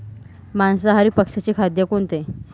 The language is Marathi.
मांसाहारी पक्ष्याचे खाद्य कोणते?